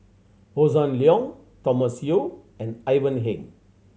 Hossan Leong Thomas Yeo and Ivan Heng